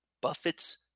Buffett's